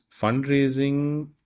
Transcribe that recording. fundraising